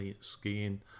skiing